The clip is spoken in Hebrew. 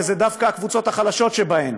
ואלה דווקא הקבוצות החלשות בה,